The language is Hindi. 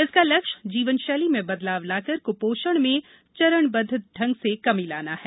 इसका लक्ष्य जीवनशैली में बदलाव लाकर कुपोषण में चरणबद्ध ढंग से कमी लाना है